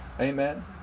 Amen